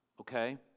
okay